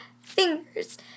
fingers